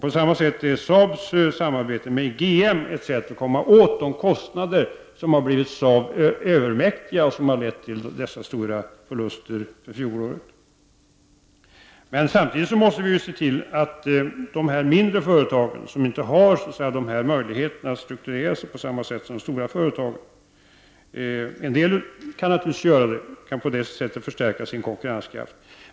På samma sätt är Saabs samarbete med GM ett försök att komma åt de kostnader som har blivit Saab övermäktiga och som ledde till fjolårets stora förluster. Men samtidigt måste vi ju se till de mindre företagen, som inte har samma möjligheter att strukturera sig som de stora företagen. En del kan naturligtvis göra det och på det sättet förstärka sin konkurrenskraft.